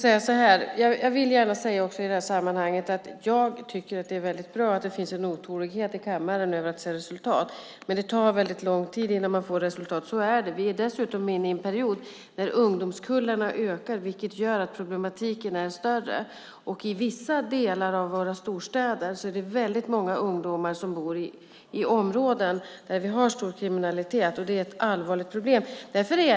Fru talman! Jag tycker att det är väldigt bra att det finns en otålighet i kammaren när det gäller att se resultat, men det tar väldigt lång tid innan man får resultat. Så är det. Vi är dessutom inne i en period när ungdomskullarna ökar, vilket gör att problemen är större. I vissa delar av våra storstäder är det väldigt många ungdomar som bor i områden där det finns stor kriminalitet, och det är ett allvarligt problem.